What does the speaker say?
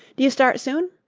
do you start soon?